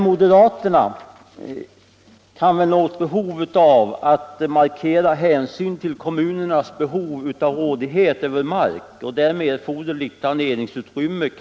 Moderaterna kan väl knappast ha något intresse av att markera hänsyn till kommunernas behov av rådighet över mark och därmed erforderligt planeringsutrymme.